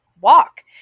walk